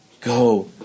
go